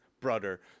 brother